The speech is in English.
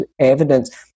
evidence